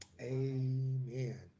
Amen